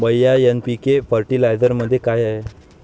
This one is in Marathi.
भैय्या एन.पी.के फर्टिलायझरमध्ये काय आहे?